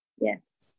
yes